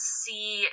see